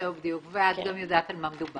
בדיוק, ואת גם יודעת על מה מדובר.